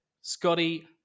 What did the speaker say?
Scotty